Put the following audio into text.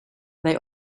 they